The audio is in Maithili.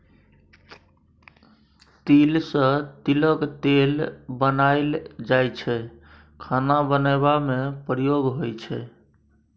तिल सँ तिलक तेल बनाएल जाइ छै खाना बनेबा मे प्रयोग होइ छै